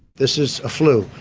this is a flu.